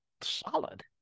solid